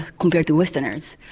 compared to westerners.